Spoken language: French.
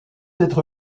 être